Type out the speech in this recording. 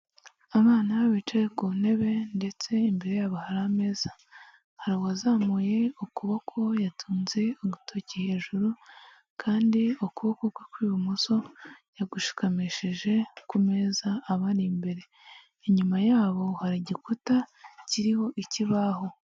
Abana bicaye ku ntebe ndetse imbere yabo hari ameza, hari uwazamuye ukuboko yatunze urutoki hejuru kandi ukuboko kwe kw'ibumoso yagushikamishije ku meza abari imbere, inyuma yabo hari igikuta kiriho ikibaho.